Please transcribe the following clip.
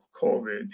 COVID